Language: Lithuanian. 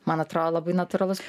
man atrodo labai natūralus